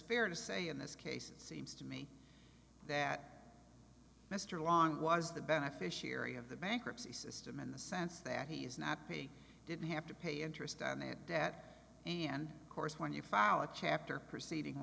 fair to say in this case it seems to me that mr long was the beneficiary of the bankruptcy system in the sense that he's not paying didn't have to pay interest on that debt and course when you file a chapter proceeding